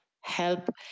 help